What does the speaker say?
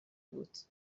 بود